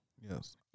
Yes